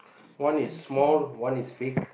one is small one is big